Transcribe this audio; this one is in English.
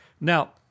Now